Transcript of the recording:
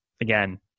again